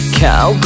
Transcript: cow